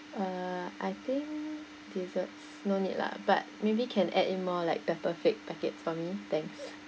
uh I think desserts no need lah but maybe can add in more like pepper flakes packet for me thanks